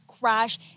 crash